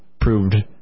proved